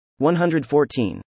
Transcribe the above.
114